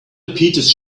peters